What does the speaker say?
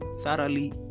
thoroughly